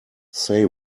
say